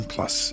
Plus